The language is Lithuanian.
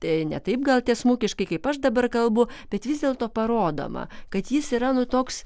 tai ne taip gal tiesmukiškai kaip aš dabar kalbu bet vis dėlto parodoma kad jis yra nu toks